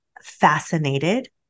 fascinated